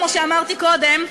כמו שאמרתי קודם,